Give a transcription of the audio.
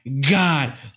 God